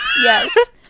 yes